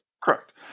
Correct